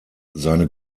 seine